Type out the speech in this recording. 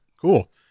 cool